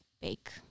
bake